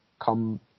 come